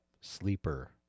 sleeper